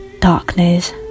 darkness